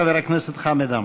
חבר הכנסת חמד עמאר.